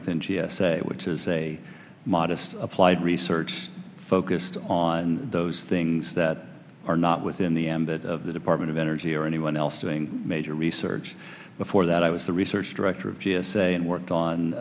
within g s a which is a modest applied research focused on those things that are not within the ambit of the department of energy or anyone else doing major research before that i was the research director of g s a and worked on